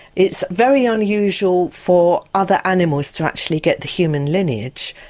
it's very unusual for other animals to actually get the human lineage.